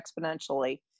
exponentially